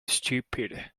stupid